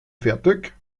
fertig